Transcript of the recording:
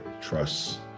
Trust